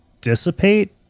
dissipate